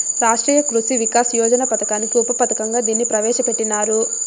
రాష్ట్రీయ కృషి వికాస్ యోజన పథకానికి ఉప పథకంగా దీన్ని ప్రవేశ పెట్టినారు